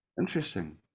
Interesting